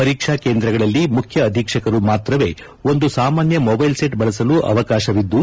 ಪರೀಕ್ಷಾ ಕೇಂದ್ರಗಳಲ್ಲಿ ಮುಖ್ಯ ಅಧೀಕ್ಷಕರು ಮಾತ್ರವೇ ಒಂದು ಸಾಮಾನ್ಯ ಮೊಬೈಲ್ ಸೆಟ್ ಬಳಸಲು ಅವಕಾಶವಿದ್ಲು